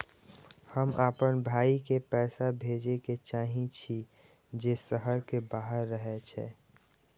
हम आपन भाई के पैसा भेजे के चाहि छी जे शहर के बाहर रहे छै